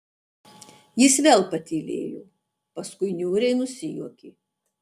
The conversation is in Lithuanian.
jis vėl patylėjo paskui niūriai nusijuokė